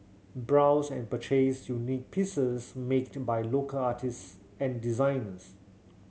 browse and purchase unique pieces make by local artist and designers